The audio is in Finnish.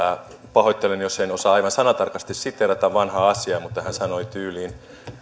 pahoittelen jos en osaa aivan sanatarkasti siteerata vanhaa asiaa mutta hän sanoi tyyliin